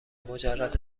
مجرد